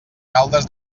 caldes